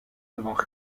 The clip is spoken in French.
devant